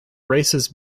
races